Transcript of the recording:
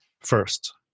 first